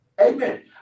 Amen